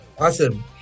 Awesome